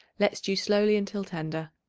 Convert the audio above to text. let stew slowly until tender.